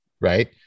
right